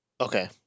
Okay